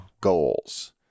goals